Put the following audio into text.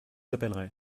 appellerai